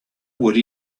would